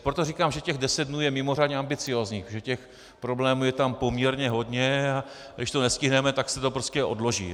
Proto říkám, že deset dnů je mimořádně ambiciózních, protože problémů je tam poměrně hodně, a když to nestihneme, tak se to prostě odloží.